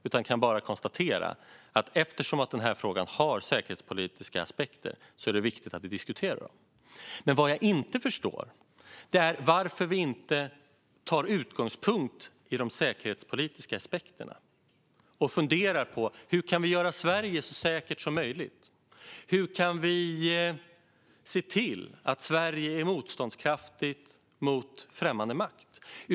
Jag kan bara konstatera att eftersom den här frågan har säkerhetspolitiska aspekter är det viktigt att vi diskuterar dem. Vad jag inte förstår är varför vi inte tar utgångspunkt i de säkerhetspolitiska aspekterna och funderar på: Hur kan vi göra Sverige så säkert som möjligt? Hur kan vi se till att Sverige är motståndskraftigt mot främmande makt?